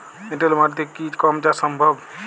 এঁটেল মাটিতে কি গম চাষ সম্ভব?